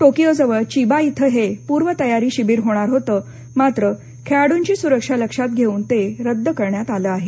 टोकियोजवळ Chiba इथं हे पूर्वतयारी शिबीर होणार होतं मात्र खेळाडूंची सुरक्षा लक्षात घेउन ते रद्द करण्यात आलं आहे